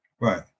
Right